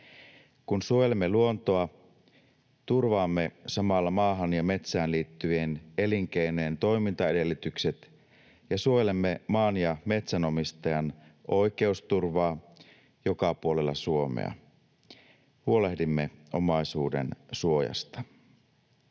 Kun suojelemme luontoa, turvaamme samalla maahan ja metsään liittyvien elinkeinojen toimintaedellytykset ja suojelemme maan- ja metsänomistajan oikeusturvaa joka puolella Suomea, huolehdimme omaisuudensuojasta.